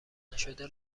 نشده